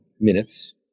minutes